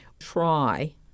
try